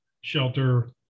shelter